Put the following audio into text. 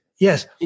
Yes